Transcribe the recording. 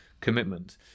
commitment